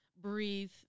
breathe